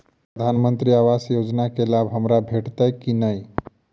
प्रधानमंत्री आवास योजना केँ लाभ हमरा भेटतय की नहि?